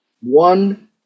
one